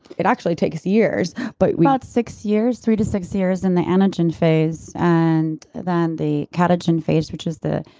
it actually takes years, but we about six years. three to six years in the anagen phase and then, the catagen phase which is the.